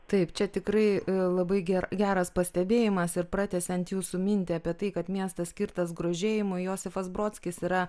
taip čia tikrai labai gera geras pastebėjimas ir pratęsiant jūsų mintį apie tai kad miestas skirtas grožėjimui josifas brodskis yra